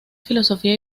filosofía